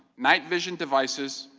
night vision devices,